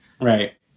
Right